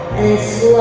is